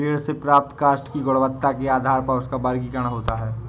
पेड़ से प्राप्त काष्ठ की गुणवत्ता के आधार पर उसका वर्गीकरण होता है